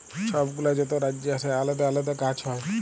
ছব গুলা যত রাজ্যে আসে আলেদা আলেদা গাহাচ হ্যয়